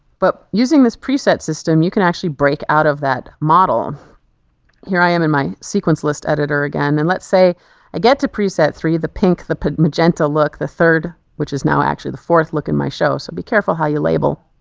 but using this preset system you can actually break out of that model here i am in my sequence list editor again and let's say i get to preset three the pink the pink magenta look the third which is now actually the fourth look at my show so be careful how you label.